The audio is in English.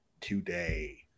today